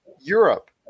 Europe